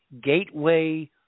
gateway